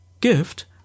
Gift